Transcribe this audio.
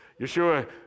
Yeshua